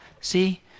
See